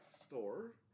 store